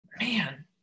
man